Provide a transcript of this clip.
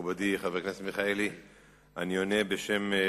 חבר הכנסת אברהם מיכאלי שאל את שרת